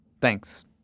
Thanks